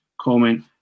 comment